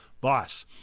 boss